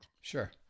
Sure